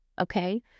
okay